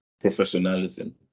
professionalism